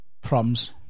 Prom's